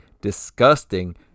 disgusting